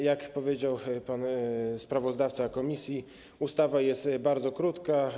Jak powiedział pan sprawozdawca komisji, ustawa jest bardzo krótka.